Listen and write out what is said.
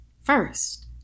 First